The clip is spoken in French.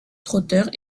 trotter